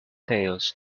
tales